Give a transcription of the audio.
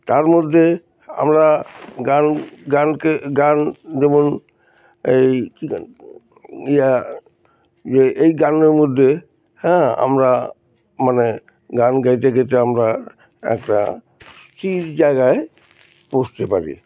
তার মধ্যে আমরা গান গানকে গান যেমন এই ইয়া যে এই গানের মধ্যে হ্যাঁ আমরা মানে গান গাইতে গাইতে আমরা একটা স্থির জায়গায় পৌছতে ষতে পারি